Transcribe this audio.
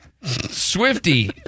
Swifty